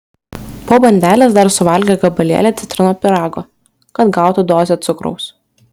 po bandelės dar suvalgė gabalėlį citrinų pyrago kad gautų dozę cukraus